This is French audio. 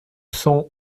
cent